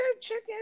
chicken